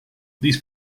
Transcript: these